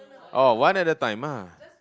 orh one at a time ah